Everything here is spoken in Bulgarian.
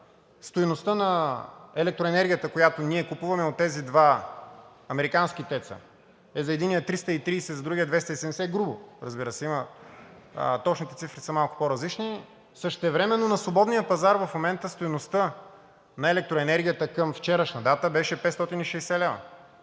стойността на електроенергията, която ние купуваме от тези два американски теца, е за единия 330, а за другия – 270 грубо. Разбира се, точните цифри са малко по-различни. Същевременно на свободния пазар в момента стойността на електроенергията към вчерашна дата беше 560 лв.